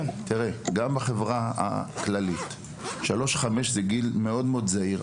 תראה, גילאי שלוש עד חמש זה גיל מאוד זהיר.